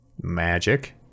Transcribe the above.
magic